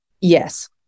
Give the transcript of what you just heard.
Yes